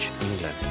England